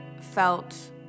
felt